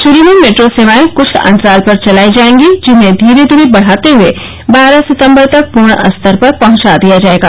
शुरू में मेट्रो सेवाएं कुछ अंतराल पर चलाई जाएगी जिन्हें धीरें धीरे बढ़ाते हुए बारह सितम्बर तक पूर्ण स्तर तक पहंचा दिया जाएगा